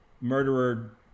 murderer